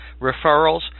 referrals